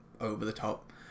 over-the-top